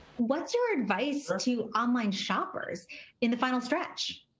what's your advice to online shoppers in the final stretch?